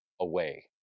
away